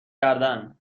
کردن